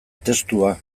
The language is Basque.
testua